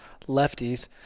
lefties